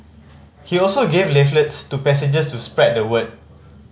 he also gave leaflets to passengers to spread the word